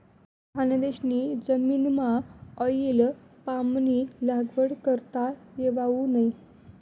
खानदेशनी जमीनमाऑईल पामनी लागवड करता येवावू नै